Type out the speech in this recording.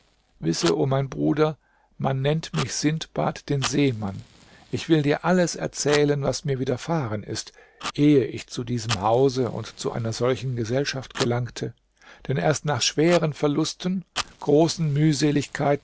o bruder man nennt mich sindbad den seemann ich will dir alles erzählen was mir widerfahren ist ehe ich zu diesem hause und zu einer solchen gesellschaft gelangte denn erst nach schweren verlusten großen